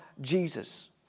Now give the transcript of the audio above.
Jesus